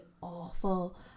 awful